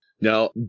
Now